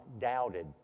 doubted